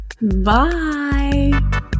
Bye